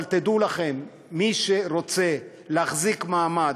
אבל תדעו לכם: מי שרוצה להחזיק מעמד,